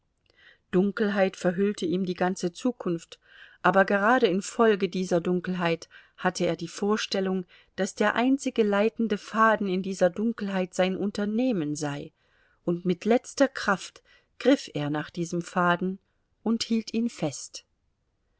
dunkelheit verhüllte ihm die ganze zukunft aber gerade infolge dieser dunkelheit hatte er die vorstellung daß der einzige leitende faden in dieser dunkelheit sein unternehmen sei und mit letzter kraft griff er nach diesem faden und hielt ihn fest